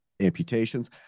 amputations